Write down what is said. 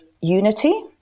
Unity